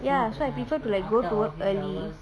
ya so I prefer to like go to work early